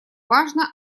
важно